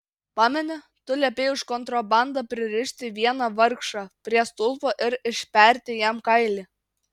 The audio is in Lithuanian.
pameni tu liepei už kontrabandą pririšti vieną vargšą prie stulpo ir išperti jam kailį